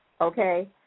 okay